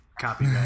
copy